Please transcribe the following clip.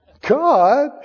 God